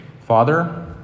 Father